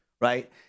right